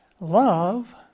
love